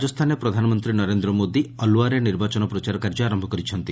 ରାଜସ୍ଥାନରେ ପ୍ରଧାନମନ୍ତ୍ରୀ ନରେନ୍ଦ୍ର ମୋଦି ଅଲ୍ୱାର୍ରେ ନିର୍ବାଚନ ପ୍ରଚାର କାର୍ଯ୍ୟ ଆରମ୍ଭ କରିଛନ୍ତି